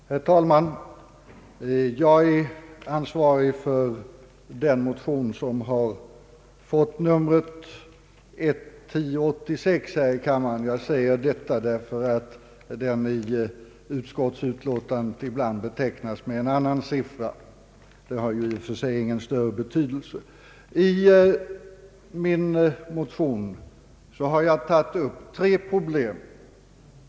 Herr talman! Jag är ansvarig för den motion som har fått nr I: 1086 i denna kammare. Jag säger det därför att den i utskottsutlåtandet ibland betecknas med en annan siffra — men det har i och för sig ingen större betydelse. I min motion har jag tagit upp tre problem.